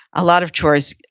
a lot of chores,